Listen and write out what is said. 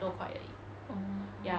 oo